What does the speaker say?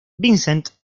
vincent